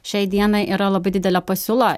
šiai dienai yra labai didelė pasiūla